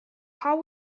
how